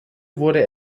wurde